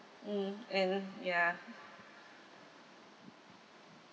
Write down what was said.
mm and ya